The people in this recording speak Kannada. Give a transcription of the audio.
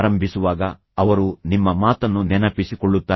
ಪ್ರಾರಂಭಿಸುವಾಗ ಅವರು ನಿಮ್ಮ ಮಾತನ್ನು ನೆನಪಿಸಿಕೊಳ್ಳುತ್ತಾರೆ